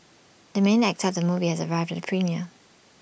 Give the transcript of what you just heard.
the main actor of the movie has arrived at the premiere